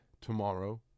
tomorrow